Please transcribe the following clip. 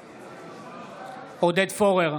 בעד עודד פורר,